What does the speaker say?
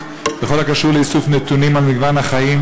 בכל הקשור לאיסוף נתונים על מגוון החיים,